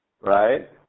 Right